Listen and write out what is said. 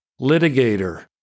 litigator